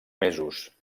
mesos